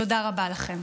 תודה רבה לכם.